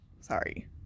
sorry